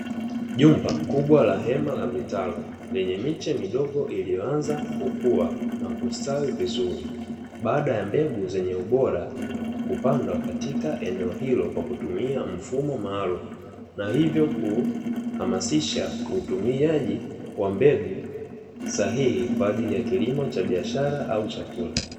nyumba kuubwa la hema la vitalu lenye miche midogo iliyoanza kukua na kustawi vizuri, baada ya mbegu zenye ubora kupandwa katika eneo hilo kwa kutumia mfumo maalumu, na hivyo kuhamasisha kutumiaji kwa mbegu sahihi kwa ajili ya kilimo cha biashara au chakula.